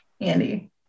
Andy